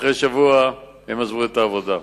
ואחרי שבוע הם עזבו את העבודה.